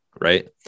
right